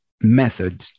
methods